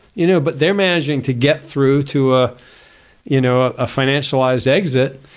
you know but they are managing to get through to a you know ah financialized exit.